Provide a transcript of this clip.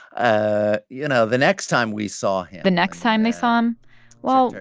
ah you know, the next time we saw him. the next time they saw him well,